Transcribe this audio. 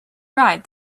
ride